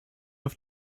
auf